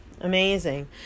Amazing